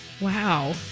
Wow